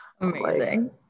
Amazing